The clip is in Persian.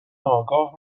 آگاه